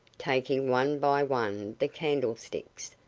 taking one by one the candlesticks,